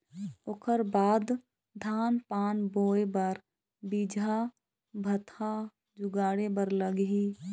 ओखर बाद धान पान बोंय बर बीजहा भतहा जुगाड़े बर लगही